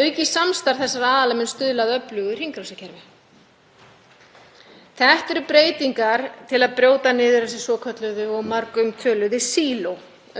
Aukið samstarf þessara aðila mun stuðla að öflugu hringrásarhagkerfi. Þetta eru breytingar til að brjóta niður þessi svokölluðu og margumtöluðu síló,